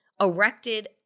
erected